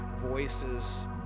voices